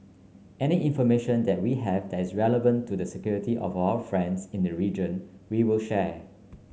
any information that we have that is relevant to the security of our friends in the region we will share